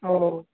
অঁ